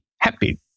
happy